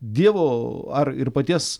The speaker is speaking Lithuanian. dievo ar ir paties